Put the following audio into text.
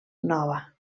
nova